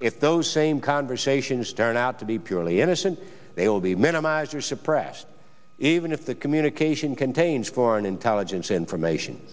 if those same conversations start out to be purely innocent they will be minimized or suppressed even if the communication contains foreign intelligence information